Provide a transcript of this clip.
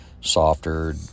softer